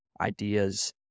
ideas